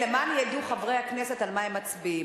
למען ידעו חברי הכנסת על מה הם מצביעים: